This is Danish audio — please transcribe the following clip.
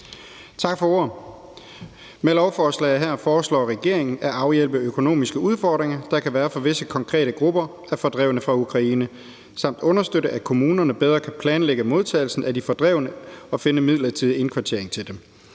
Tak for ordet. Med lovforslaget her foreslår regeringen at afhjælpe de økonomiske udfordringer, der kan være for visse konkrete grupper af fordrevne fra Ukraine, samt at understøtte, at kommunerne bedre kan planlægge modtagelsen af de fordrevne og finde midlertidig indkvartering til dem.